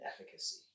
efficacy